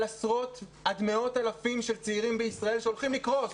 עשרות או על מאות אלפי צעירים בישראל שהולכים לקרוס.